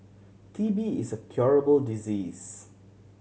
T B is a curable disease